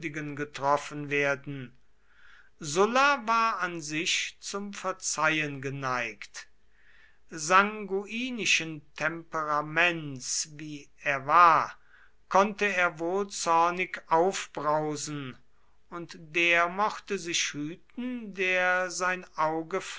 getroffen werden sulla war an sich zum verzeihen geneigt sanguinischen temperaments wie er war konnte er wohl zornig aufbrausen und der mochte sich hüten der sein auge